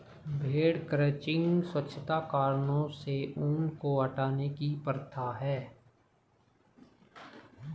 भेड़ क्रचिंग स्वच्छता कारणों से ऊन को हटाने की प्रथा है